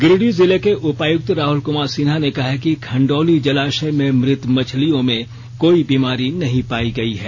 गिरिडीह जिले के उपायुक्त राहुल कुमार सिन्हा ने कहा है कि खंडौली जलाशय में मृत मछलियों में कोई बीमारी नहीं पायी गयी है